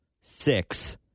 six